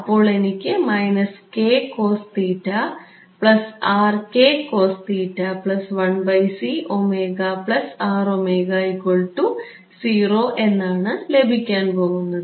അപ്പോൾ എനിക്ക് എന്നാണ് ലഭിക്കാൻ പോകുന്നത്